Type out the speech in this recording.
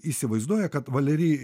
įsivaizduoja kad valeri